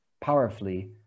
powerfully